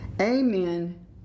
amen